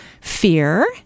fear